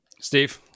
Steve